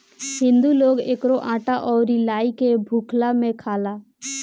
हिंदू लोग एकरो आटा अउरी लाई के भुखला में खाला